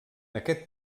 aquest